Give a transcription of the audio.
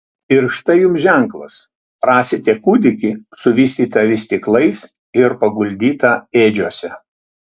ir štai jums ženklas rasite kūdikį suvystytą vystyklais ir paguldytą ėdžiose